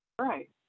Right